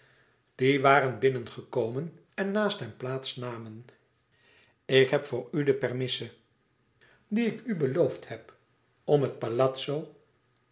die waren binnengekomen en naast hem plaats namen ik heb voor u de permissie die ik u beloofd heb om het